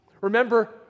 Remember